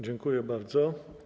Dziękuję bardzo.